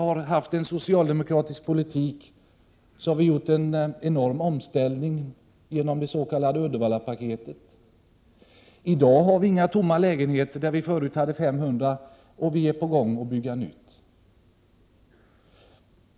Tack vare en socialdemokratisk politik har Uddevalla genomgått en enorm omställningsperiod genom dets.k. Uddevallapaketet. Tidigare hade Uddevalla 500 tomma lägenheter, i dag har man inga tomma lägenheter, i stället är man på gång att bygga nytt.